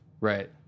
Right